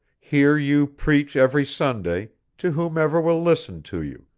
here you preach every sunday, to whomever will listen to you,